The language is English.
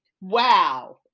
Wow